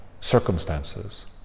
circumstances